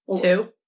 Two